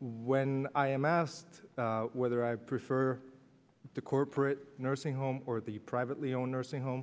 when i am asked whether i prefer the corporate nursing home or the privately owned nursing home